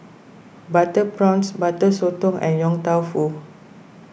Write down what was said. Butter Prawns Butter Sotong and Yong Tau Foo